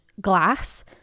glass